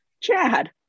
Chad